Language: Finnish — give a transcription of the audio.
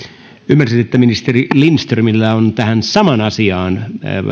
ymmärsin että ministeri lindströmillä on tähän samaan asiaan